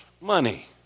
money